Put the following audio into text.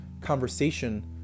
conversation